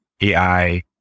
AI